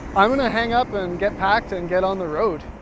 i'm gonna hang up, and get packed, and get on the road.